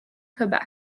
quebec